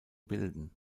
bilden